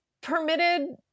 permitted